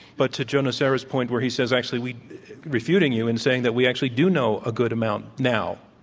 but to joe nocera's point, where he says, actually, we refuting you and saying that we actually do know a good amount now,